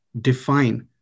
define